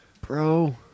Bro